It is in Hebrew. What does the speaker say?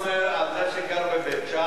ואתה אומר על זה שגר בבית-שאן,